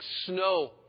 snow